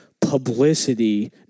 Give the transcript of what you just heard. publicity